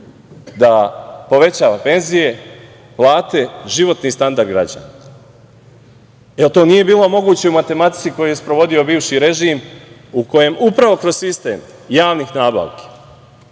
da povećava penzije, plate, životni standard građana. To nije bilo moguće u matematici koju je sprovodio bivši režim u kojem je kroz sistem javnih nabavka